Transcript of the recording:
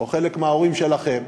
או חלק מההורים שלכם,